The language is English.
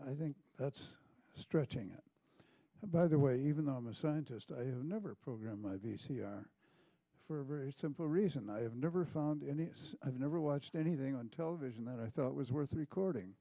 i think that's stretching it a by the way even though i'm a scientist i have never programmed my v c r for a very simple reason i have never found any i've never watched anything on television that i thought was worth recording